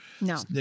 No